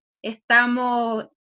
Estamos